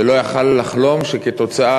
לא יכול היה לחלום שכתוצאה,